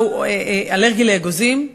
הוא אלרגי לאגוזים.